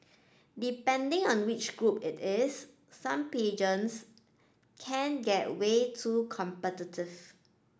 depending on which group it is some pageants can get way too competitive